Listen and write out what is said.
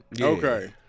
okay